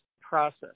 process